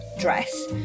dress